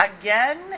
again